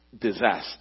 disaster